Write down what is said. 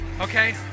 Okay